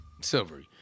Silvery